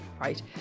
right